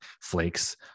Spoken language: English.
flakes